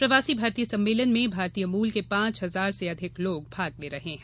प्रवासी भारतीय सम्मेलन में भारतीय मूल के पांच हजार से अधिक लोग भाग ले रहे हैं